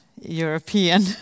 European